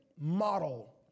model